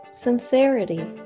sincerity